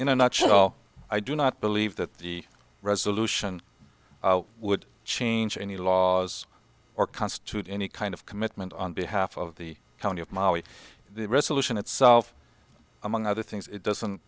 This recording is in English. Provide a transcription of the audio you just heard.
in a nutshell i do not believe that the resolution would change any laws or constitute any kind of commitment on behalf of the county of mali the resolution itself among other things it doesn't